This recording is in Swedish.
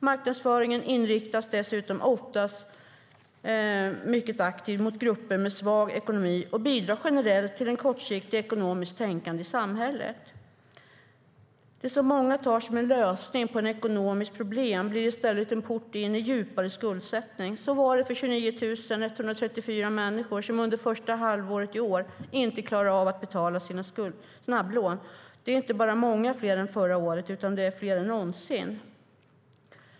Marknadsföringen inriktas dessutom ofta mycket aktivt mot grupper med svag ekonomi och bidrar generellt till ett kortsiktigt ekonomiskt tänkande i samhället. Det som många tar som en lösning på ett ekonomiskt problem blir i stället en port in i djupare skuldsättning. Så var det för de 29 134 människor som under första halvåret i år inte klarade av att betala sina snabblån. Det är inte bara många fler än förra året. Det är fler än någonsin.